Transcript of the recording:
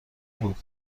بود